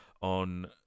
On